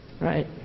Right